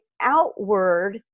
outward